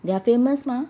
they are famous mah